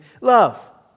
love